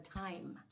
time